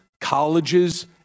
colleges